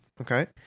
okay